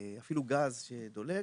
אפילו גז שדולק,